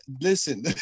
Listen